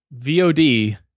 VOD